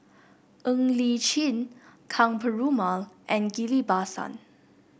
Ng Li Chin Ka Perumal and Ghillie Basan